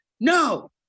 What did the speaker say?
No